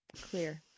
clear